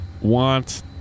want